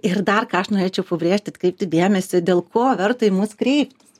ir dar ką aš norėčiau pabrėžti atkreipti dėmesį dėl ko verta į mus kreiptis